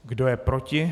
Kdo je proti?